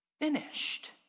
finished